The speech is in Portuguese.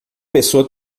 pessoa